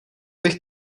bych